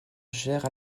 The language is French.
gère